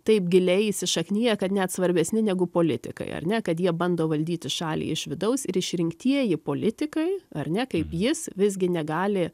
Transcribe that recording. taip giliai įsišakniję kad net svarbesni negu politikai ar ne kad jie bando valdyti šalį iš vidaus ir išrinktieji politikai ar ne kaip jis visgi negali